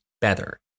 better